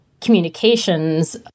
communications